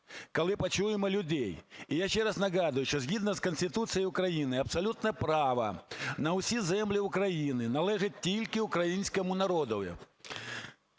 коли почуємо людей. І я ще раз нагадую, що згідно з Конституцією України абсолютне право на всі землі України належить тільки українському народові.